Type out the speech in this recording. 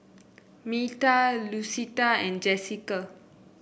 Meta Lucetta and Jessika